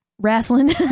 Wrestling